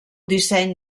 disseny